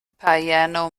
piano